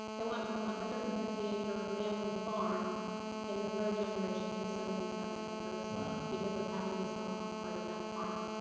it went from a one hundred and fifty acre family farm in the third generation to seventy seven acres because of having to sell off part of that farm.